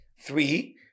Three